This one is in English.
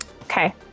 Okay